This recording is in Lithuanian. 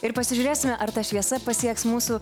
ir pasižiūrėsime ar ta šviesa pasieks mūsų